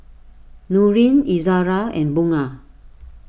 Nurin Izzara and Bunga